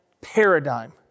paradigm